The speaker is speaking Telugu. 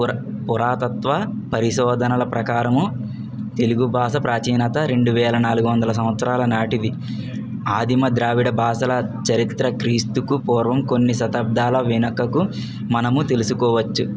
పుర పురాతత్వ పరిశోధనల ప్రకారము తెలుగు భాష ప్రాచీనత రెండు వేల నాలుగు వందల సంవత్సరాల నాటిది ఆదిమ ద్రావిడ భాషల చరిత్ర క్రీస్తుకూ పూర్వం కొన్ని శతాబ్దాల వెనకకు మనము తెలుసుకోవచ్చు